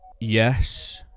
yes